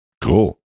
Cool